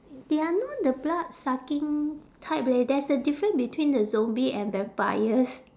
they are not the blood sucking type leh there's a difference between the zombie and vampires